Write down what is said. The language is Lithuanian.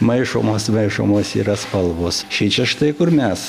maišomos maišomos yra spalvos šičia štai kur mes